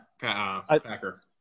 Packer